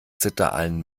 zitteraalen